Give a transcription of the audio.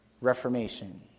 Reformation